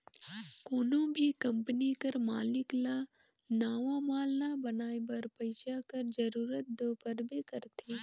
कोनो भी कंपनी कर मालिक ल नावा माल बनाए बर पइसा कर जरूरत दो परबे करथे